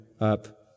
up